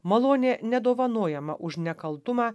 malonė nedovanojama už nekaltumą